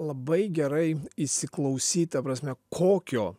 labai gerai įsiklausyt ta prasme kokio